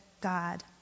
God